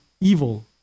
evil